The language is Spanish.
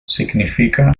significa